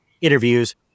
interviews